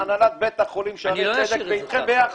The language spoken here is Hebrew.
הנהלת בית החולים שערי צדק ואתכם ביחד.